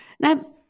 Now